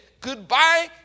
Goodbye